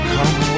Come